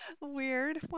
Weird